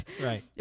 Right